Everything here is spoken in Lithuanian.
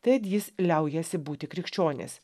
tad jis liaujasi būti krikščionis